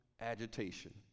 agitation